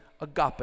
agape